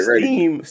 Steam